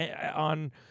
on